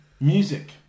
music